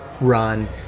run